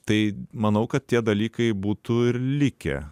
tai manau kad tie dalykai būtų ir likę